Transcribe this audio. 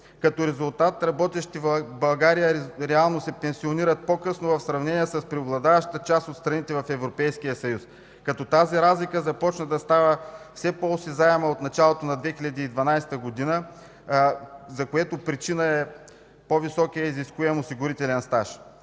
Като резултат, работещите в България реално се пенсионират по-късно в сравнение с преобладаващата част от страните в Европейския съюз. Тази разлика започва да става все по-осезаема от началото на 2012 г., за което причина е по-високият изискуем осигурителен стаж.